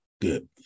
Good